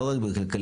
לא רק כלכלית,